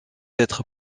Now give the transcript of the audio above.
être